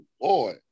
boy